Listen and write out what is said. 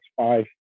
five